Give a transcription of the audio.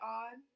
odd